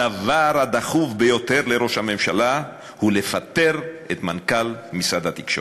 הדבר הדחוף ביותר לראש הממשלה הוא לפטר את מנכ"ל משרד התקשורת.